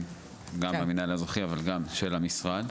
גם במינהל האזרחי אבל אנחנו גם של המשרד,